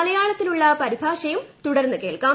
മലയാളത്തിലുള്ള പരിഭാഷയും തുടർന്ന് കേൾക്കാം